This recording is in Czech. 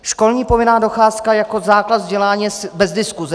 Školní povinná docházka jako základ vzdělání je bez diskuze.